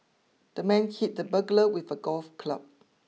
the man hit the burglar with a golf club